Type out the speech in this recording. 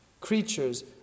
creatures